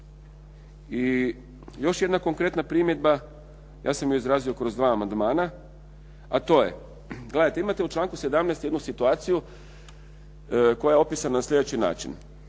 I još jedna konkretna primjedba. Ja sam ju izrazio kroz dva amandmana, a to je. Gledajte, imajte u članku 17. jednu situaciju koja je opisana na slijedeći način.